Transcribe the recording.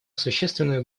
существенную